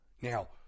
Now